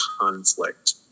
conflict